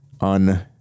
on